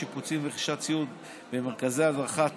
בשיפוצים וברכישת ציוד במרכזי הדרכה,